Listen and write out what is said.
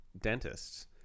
dentists